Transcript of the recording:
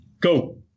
go